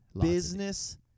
Business